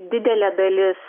didelė dalis